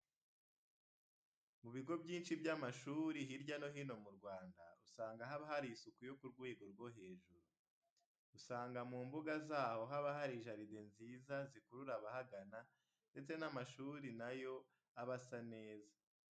Mu bigo byinshi by'amashuri, hirya no hino mu Rwanda, usanga haba hari isuku yo ku rwego rwo hejuru. Usanga mu mbuga zaho haba hari jaride nziza zikurura abahagana ndetse n'amashuri na yo aba asa neza.